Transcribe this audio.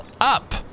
up